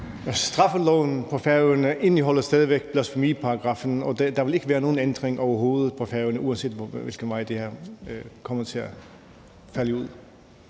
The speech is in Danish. Straffeloven på Færøerne indeholder stadig væk blasfemiparagraffen, så der vil ikke være nogen ændring overhovedet på Færøerne, uanset hvordan det her kommer til at falde ud.